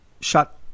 shot